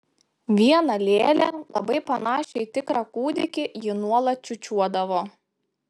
vieną lėlę labai panašią į tikrą kūdikį ji nuolat čiūčiuodavo